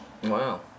Wow